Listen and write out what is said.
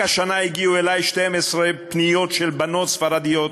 רק השנה הגיעו אלי 12 פניות של בנות ספרדיות